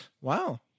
wow